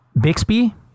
Bixby